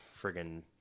friggin